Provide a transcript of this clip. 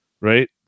right